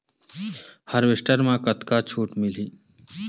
Harvester म कतका छूट मिलही?